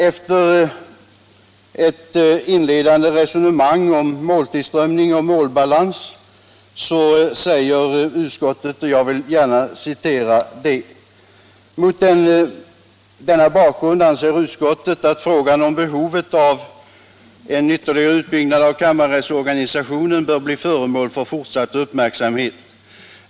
Efter ett inledande resonemang om måltillströmning och målbalans säger utskottet: ”Mot denna bakgrund anser utskottet att frågan om behovet av en ytterligare utbyggnad av kammarrättsorganisationen bör bli föremål för fortsatt uppmärksamhet.